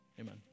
Amen